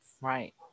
right